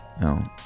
No